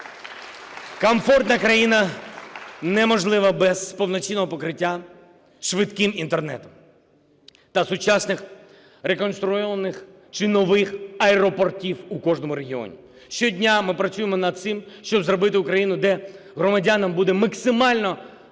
Комфортна країна неможлива без повноцінного покриття швидким Інтернетом та сучасних реконструйованих чи нових аеропортів у кожному регіоні. Щодня ми працюємо над цим, щоб зробити Україну, де громадянам буде максимально